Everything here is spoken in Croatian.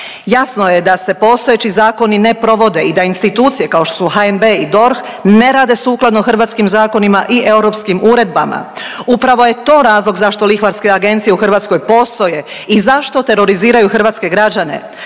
Jasno je da se postojeći zakoni ne provode i da institucije kao što su HNB i DORH ne rade sukladno hrvatskim zakonima i europskim uredbama. Upravo je to razlog zašto lihvarske agencije u Hrvatskoj postoje i zašto teroriziraju hrvatske građane.